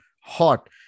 hot